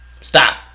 stop